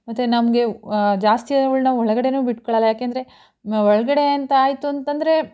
ಮತ್ತು ನಮಗೆ ಜಾಸ್ತಿ ಅವ್ಳನ್ನ ಒಳಗಡೆಯೂ ಬಿಟ್ಕೊಳೋಲ್ಲ ಯಾಕಂದ್ರೆ ಒಳಗಡೆ ಅಂತ ಆಯಿತು ಅಂತಂದರೆ